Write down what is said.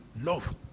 love